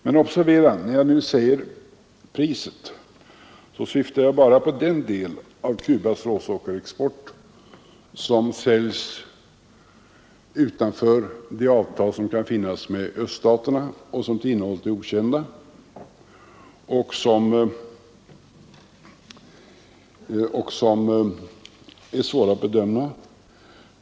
Men observera att när jag nu nämner priset syftar jag bara på den del av Cubas råsockerexport som säljs utanför de avtal som kan finnas med öststaterna och som till innehållet är okända och svåra att bedöma.